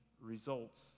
results